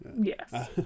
yes